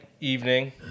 evening